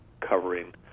covering